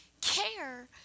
care